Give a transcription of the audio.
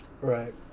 Right